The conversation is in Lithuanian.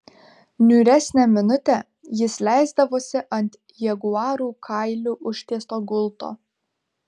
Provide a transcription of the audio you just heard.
niūresnę minutę jis leisdavosi ant jaguarų kailiu užtiesto gulto